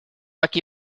aquí